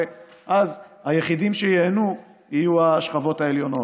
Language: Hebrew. ואז היחידים שייהנו יהיו השכבות העליונות.